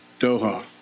doha